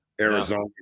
Arizona